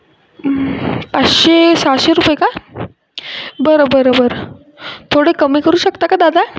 पाचशे सहाशे रुपये का बरं बरं बरं थोडे कमी करू शकता का दादा